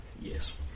Yes